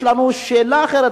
יש לנו שאלה אחרת,